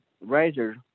riser